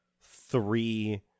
three